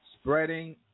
spreading